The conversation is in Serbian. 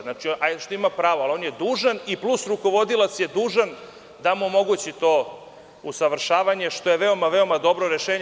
Znači, ne samo što ima pravo, ali on je dužan i plus rukovodilac je dužan da mu omogući to usavršavanje što je veoma dobro rešenje.